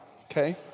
Okay